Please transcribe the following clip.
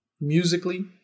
Musically